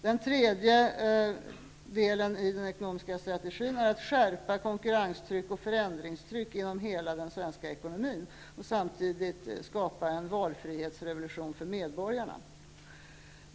Den tredje delen i den ekonomiska strategin handlar om att skärpa konkurrenstryck och förändringstryck i hela den svenska ekonomin och att samtidigt skapa en valfrihetsrevolution för medborgarna.